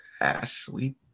Ashley